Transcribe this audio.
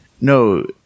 No